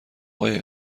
آقای